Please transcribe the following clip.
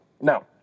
Now